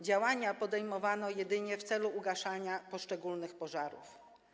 Działania podejmowano jedynie w celu ugaszenia poszczególnych pożarów.